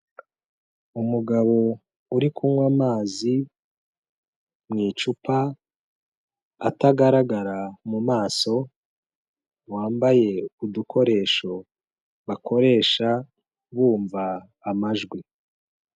Umugabo uri kunywa amazi mu icupa, atagaragara mu maso, wambaye udukoresho bakoresha bumva amajwi.